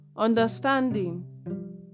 understanding